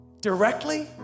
directly